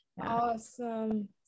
Awesome